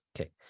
Okay